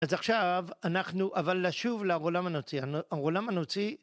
אז עכשיו אנחנו, אבל נשוב לעולם הנוצרי, העולם הנוצרי